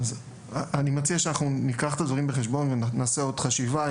אני מציע שניקח את הדברים בחשבון ונעשה עוד חשיבה.